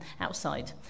outside